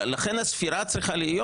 לכן הספירה צריכה להיות,